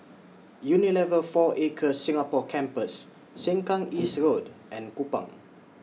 Unilever four Acres Singapore Campus Sengkang East Road and Kupang